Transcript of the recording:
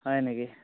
হয় নেকি